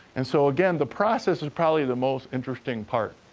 and so, again, the process is probably the most interesting part.